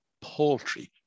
paltry